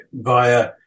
via